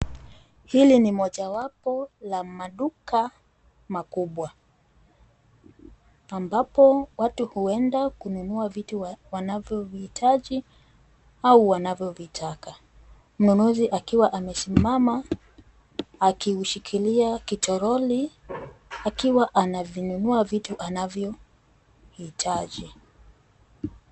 Hili ni mojawapo la maduka makubwa ambapo watu huenda kununua vitu wanavyovihitaji au wanavyovitaka. Mnunuzi akiwa amesimama akiushikilia kitoroli akiwa anavinunua vitu anavyohitaji.